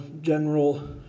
general